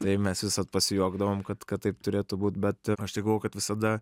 tai mes visad pasijuokdavom kad kad taip turėtų būt bet aš tai galvojau kad visada